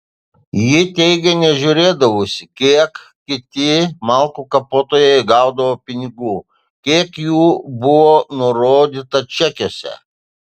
ji teigė nežiūrėdavusi kiek kiti malkų kapotojai gaudavo pinigų kiek jų buvo nurodyta čekiuose